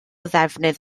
ddefnydd